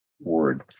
word